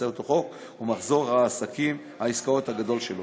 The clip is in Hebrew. בהצעת החוק ומחזור העסקאות הגדול שלה.